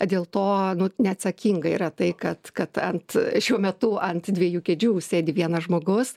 dėl to nu neatsakinga yra tai kad kad ant šiuo metu ant dviejų kėdžių sėdi vienas žmogus